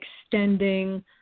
extending